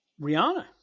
Rihanna